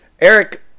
Eric